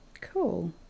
cool